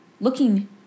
looking